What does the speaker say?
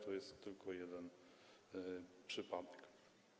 To jest tylko jeden przypadek.